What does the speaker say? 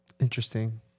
Interesting